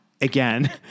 again